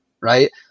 right